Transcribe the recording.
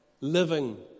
living